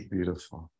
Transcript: Beautiful